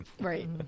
Right